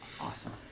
Awesome